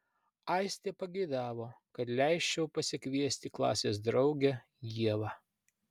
aistė pageidavo kad leisčiau pasikviesti klasės draugę ievą